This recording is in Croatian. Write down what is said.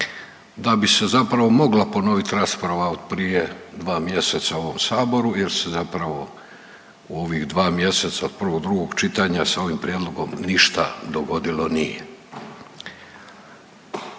da bi se zapravo mogla ponovit rasprava od prije dva mjeseca u ovom saboru jer se zapravo u ovih dva mjeseca od prvog do drugog čitanja sa ovim prijedlogom ništa dogodilo nije.